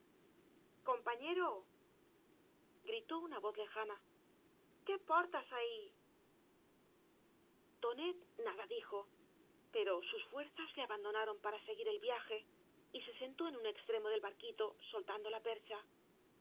compañero gritó una voz lejana quépdr tes ahif toaet nada dijo pero sus fuerzas le abandona ron para seguir el viaje y ge sentó en ua extremo del barquito soltando la percha